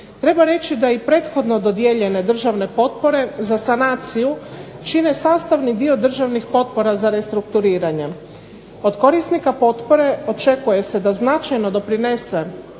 Treba reći da i prethodno dodijeljene državne potpore za sanaciju čine sastavni dio državnih potpora za restrukturiranje. Od korisnika potpore očekuje se da značajno doprinese